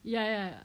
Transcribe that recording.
ya ya